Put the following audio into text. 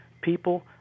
people